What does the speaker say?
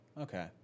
okay